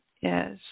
yes